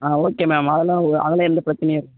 ஆ okay ma'am அதலாம் அதலாம் எந்த பிரச்சனையும்